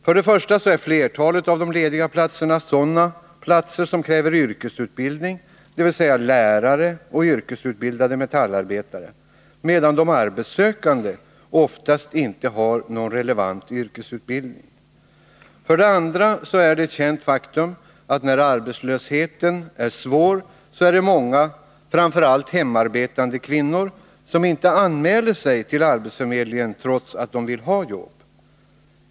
För det första är flertalet av de lediga platserna sådana som kräver yrkesutbildning, dvs. lärare och yrkesutbildade metallarbetare, medan de arbetssökande oftast inte har någon relevant yrkesutbildning. För det andra är det ett känt faktum, att när arbetslösheten är svår, är det många, framför allt hemarbetande kvinnor, som inte anmäler sig till arbetsförmedlingen, trots att de vill ha jobb.